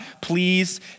please